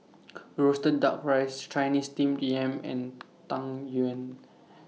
Roasted Duck Rice Chinese Steamed Yam and Tang Yuen